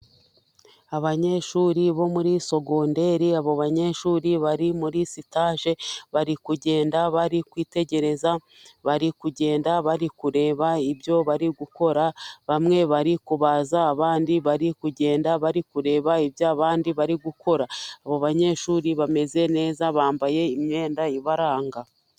Abanyeshuri bo muri segonderi abo banyeshuri bari muri sitaje bari kugenda bari kwitegereza, bari kugenda bari kureba ibyo bari gukora bamwe bari kubaza abandi bari kugenda bari kureba ibyo abandi bari gukora. Abo banyeshuri bameze neza bambaye imyenda ibaranga.